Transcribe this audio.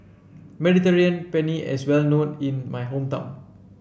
Mediterranean Penne is well known in my hometown